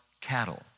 cattle